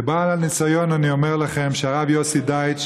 כבעל ניסיון אני אומר לכם שהרב יוסי דייטש